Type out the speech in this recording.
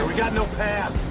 got no pab.